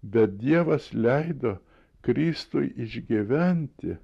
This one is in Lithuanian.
bet dievas leido kristui išgyventi